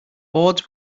boards